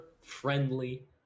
friendly